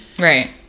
Right